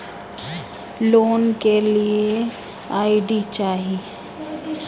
Loan के लिए क्या आई.डी चाही?